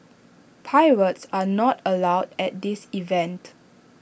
pirates are not allowed at this event